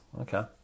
okay